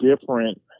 different